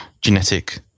genetic